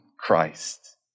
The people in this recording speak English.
Christ